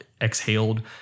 exhaled